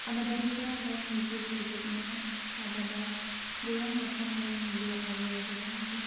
आबादारिफोरा गावनि जिउखौ फोलोमनो आबादाव गोबां रासायनारि मुलि आरो गोबां